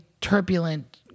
turbulent